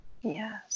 yes